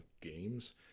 games